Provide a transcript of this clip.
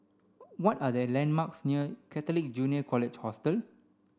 what are the landmarks near Catholic Junior College Hostel